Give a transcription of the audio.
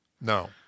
No